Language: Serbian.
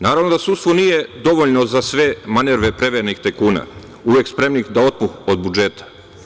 Naravno da sudstvo nije dovoljno za sve manerve prevejanih tajkuna, uvek spremnih da otmu od budžeta.